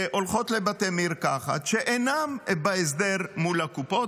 שהולכות לבתי מרקחת שאינם בהסדר מול הקופות,